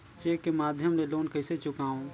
Cheque के माध्यम ले लोन कइसे चुकांव?